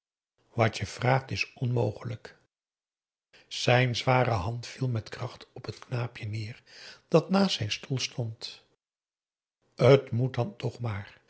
wat je vraagt is onmogelijk zijn zware hand viel met kracht op het knaapje neer dat naast zijn stoel stond t moet dan toch maar